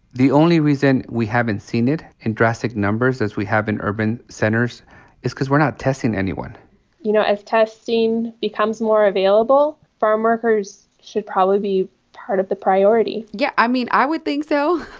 the only reason we haven't seen it in drastic numbers as we have in urban centers is because we're not testing anyone you know, as testing becomes more available, farmworkers should probably be part of the priority yeah. i mean, i would think so.